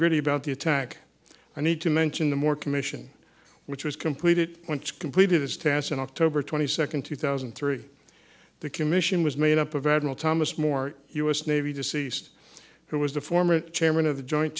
gritty about the attack i need to mention the more commission which was completed which completed its task in october twenty second two thousand and three the commission was made up of federal thomas more us navy deceased who was the former chairman of the joint